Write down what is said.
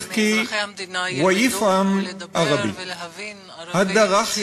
מאזרחי המדינה ילמד לדבר ולהבין ערבית,